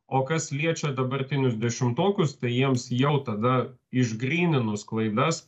o kas liečia dabartinius dešimtokus tai jiems jau tada išgryninus klaidas